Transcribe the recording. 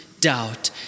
doubt